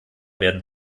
werden